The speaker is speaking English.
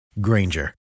Granger